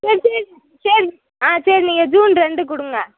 ஆ சரி சரி சரி ஆ சரி நீங்கள் ஜூன் ரெண்டு கொடுங்க